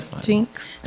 jinx